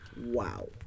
Wow